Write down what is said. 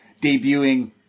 debuting